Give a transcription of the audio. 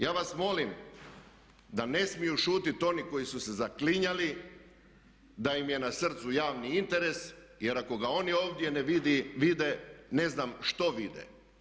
Ja vas molim da ne smiju šutjeti oni koji su se zaklinjali da im je na srcu javni interes jer ako ga oni ovdje ne vide ne znam što vide.